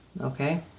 Okay